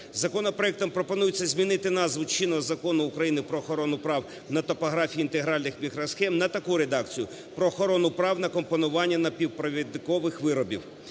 Законопроектом пропонується змінити назву чинного Закону України "Про охорону прав на топографію інтегральних мікросхем" на таку редакцію "Про охорону прав на компонування напівпровідникових виробів".